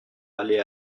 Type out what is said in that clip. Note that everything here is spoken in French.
aller